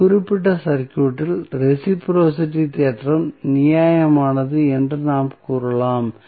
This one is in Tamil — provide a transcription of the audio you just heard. இந்த குறிப்பிட்ட சர்க்யூட்டில் ரெஸிபிரோஸிட்டி தேற்றம் நியாயமானது என்று நாம் கூறலாம்